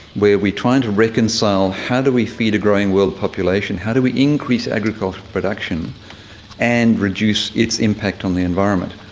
where we are trying to reconcile how do we feed a growing world population, how do we increase agricultural production and reduce its impact on the environment?